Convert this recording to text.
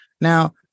Now